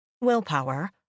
Willpower